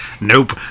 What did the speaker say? nope